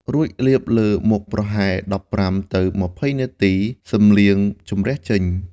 រួចលាបលើមុខប្រហែល ១៥ ទៅ ២០ នាទី សឹមលាងជម្រះចេញ។